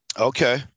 Okay